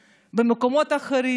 בפועל אין סגר.